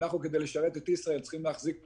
אנחנו כדי לשרת את ישראייר צריכים להחזיק פה